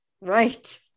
Right